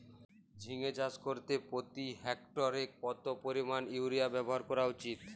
ঝিঙে চাষ করতে প্রতি হেক্টরে কত পরিমান ইউরিয়া ব্যবহার করা উচিৎ?